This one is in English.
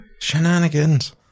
Shenanigans